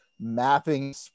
mapping